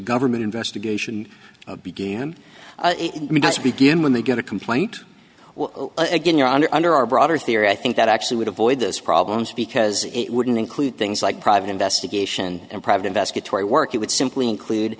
government investigation began to begin when they get a complaint again your honor under our broader theory i think that actually would avoid those problems because it wouldn't include things like private investigation and private investigator work it would simply include